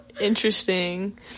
Interesting